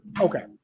okay